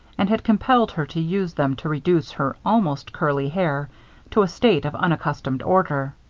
and had compelled her to use them to reduce her almost-curly hair to a state of unaccustomed order.